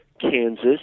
Kansas